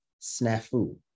snafu